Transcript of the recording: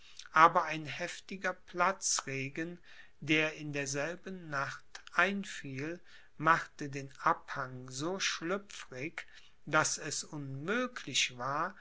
aber ein heftiger platzregen der in derselben nacht einfiel machte den abhang so schlüpfrig daß es unmöglich war